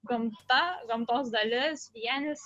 gamta gamtos dalis vienis